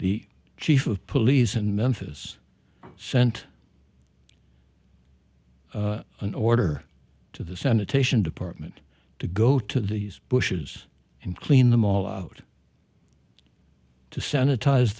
the chief of police in memphis sent an order to the sanitation department to go to these bushes and clean them all out to sanitize